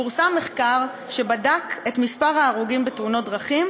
פורסם מחקר שבדק את מספר ההרוגים בתאונות דרכים